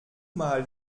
mal